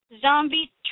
zombie